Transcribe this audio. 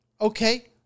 Okay